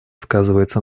сказывается